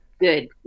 good